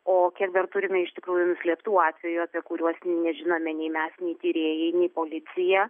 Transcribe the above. o kiek dar turime iš tikrųjų nuslėptų atvejų apie kuriuos nežinome nei mes nei tyrėjai nei policija